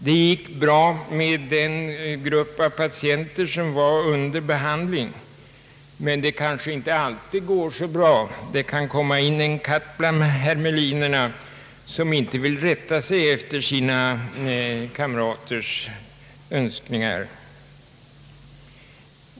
Det gick bra med den grupp av patienter som var under behandling, men det kanske inte alltid går lika bra. Det kan komma in en katt bland hermelinerna, en som inte vill rätta sig efter sina kamraters önskningar.